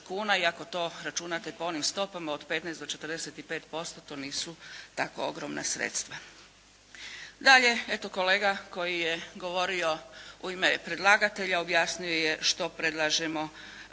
kuna. I ako to računate po onim stopama od 15 do 45%, to nisu tako ogromna sredstva. Dalje eto kolega koji je govorio u ime predlagatelja objasnio je što predlažemo